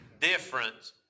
difference